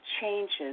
changes